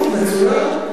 מצוין.